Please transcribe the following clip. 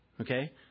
Okay